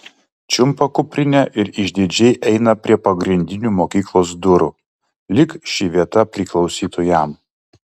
čiumpa kuprinę ir išdidžiai eina prie pagrindinių mokyklos durų lyg ši vieta priklausytų jam